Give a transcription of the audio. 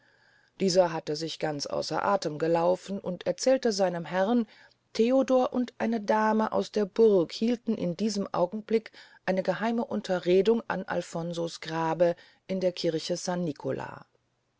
dieser hatte sich ganz außer athem gelaufen und erzählte seinem herrn theodor und eine dame aus der burg hielten in diesem augenblick eine geheime unterredung an alfonso's grabe in der kirche san nicola